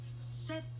set